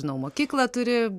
žinau mokyklą turi